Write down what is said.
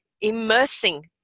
immersing